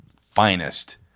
finest